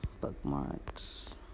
bookmarks